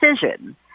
decision